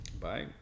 Bye